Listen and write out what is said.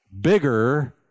bigger